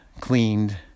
cleaned